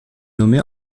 nommée